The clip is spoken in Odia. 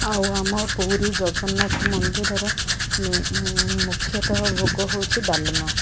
ଆଉ ଆମ ପୁରୀ ଜଗନ୍ନାଥ ମନ୍ଦିରର ମୁଖ୍ୟତଃ ଭୋଗ ହେଉଛି ଡାଲମା